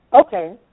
Okay